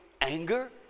anger